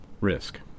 Risk